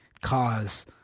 cause